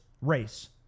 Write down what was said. race